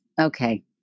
okay